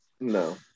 no